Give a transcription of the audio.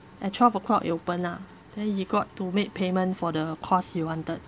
at twelve o'clock it open ah then he got to make payment for the course he wanted